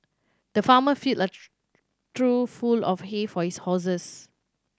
the farmer filled a trough full of hay for his horses